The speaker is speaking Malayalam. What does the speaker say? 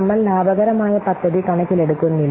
നമ്മൾ ലാഭകരമായ പദ്ധതി കണക്കിലെടുക്കുന്നില്ല